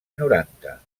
noranta